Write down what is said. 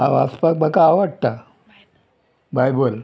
हांव वाचपाक म्हाका आवडटा बायबल